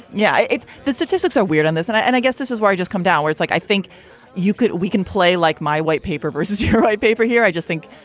yeah. it's the statistics are weird on this. and i and i guess this is why i just come to hours like i think you could. we can play like my white paper versus white paper here. i just think.